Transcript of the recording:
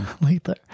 later